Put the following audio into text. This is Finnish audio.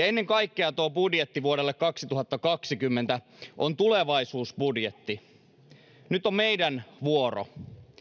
ennen kaikkea tuo budjetti vuodelle kaksituhattakaksikymmentä on tulevaisuusbudjetti nyt on meidän vuoromme